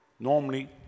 normally